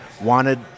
wanted